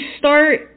start